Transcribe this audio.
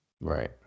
Right